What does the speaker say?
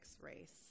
race